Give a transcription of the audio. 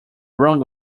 wrong